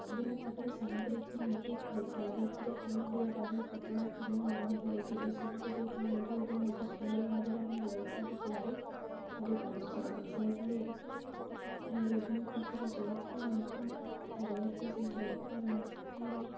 ବିଭିନ୍ନ ପ୍ରକାର ସାମଗ୍ରୀକୁ ନେଇକି ହେଇଥାଏ ଯେପରି ଆଳୁଭଜାଟା ଆମେ ଫୁଟଣ ତେଲ ଲୁଣ ହଳଦୀ ଏସବୁକୁ ଦେଇକି ଆଳୁଟା ଗୋଟେ ଭାଜୁ ସୁନ୍ଦର ଭାବରେ ଆମେ ଜଳଖିଆଟି ତିଆରି କରିପାରୁଛୁ ସେଇଭଳି ବିଭିନ୍ନ ପ୍ରକାର ଜଳଖିଆ ମଧ୍ୟ ରହିଛି ସେ ଜଳଖିଆ ମଧ୍ୟରୁ